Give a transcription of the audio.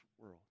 world